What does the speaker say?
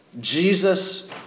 Jesus